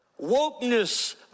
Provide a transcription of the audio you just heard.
Wokeness